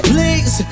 Please